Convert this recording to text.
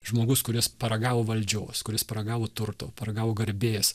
žmogus kuris paragavo valdžios kuris paragavo turto paragavo garbės